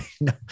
No